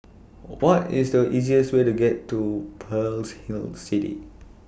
What IS The easiest Way to Pearl's Hill City